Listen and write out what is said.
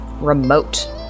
remote